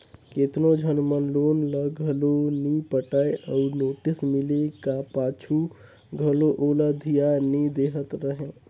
केतनो झन मन लोन ल घलो नी पटाय अउ नोटिस मिले का पाछू घलो ओला धियान नी देहत रहें